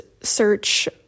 search